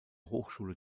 hochschule